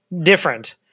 Different